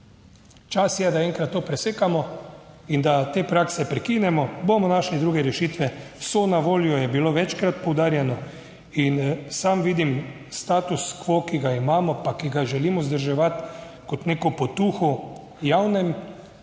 Čas je, da enkrat to presekamo in da te prakse prekinemo, bomo našli, druge rešitve, so na voljo, je bilo večkrat poudarjeno. In sam vidim status quo, ki ga imamo, pa ki ga želimo vzdrževati kot neko potuho javnem